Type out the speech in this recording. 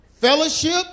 fellowship